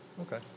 Okay